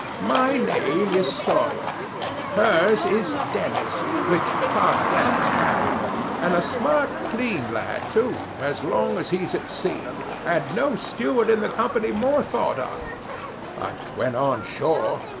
my name is sawyer her's is dennis, which tom dennis married her and a smart, clean lad, too, as long as he's at sea, and no steward in the company more thought of but when on shore,